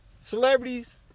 Celebrities